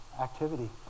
activity